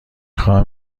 خواهم